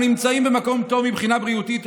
אנחנו נמצאים במקום טוב מבחינה בריאותית,